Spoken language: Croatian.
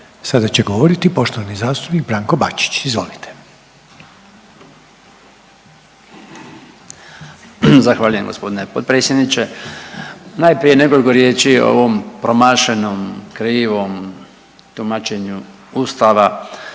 Sada će govoriti poštovani zastupnik Branko Bačić, izvolite. **Bačić, Branko (HDZ)** Zahvaljujem g. potpredsjedniče. Najprije nekoliko riječi o ovom promašenom i krivom tumačenju ustava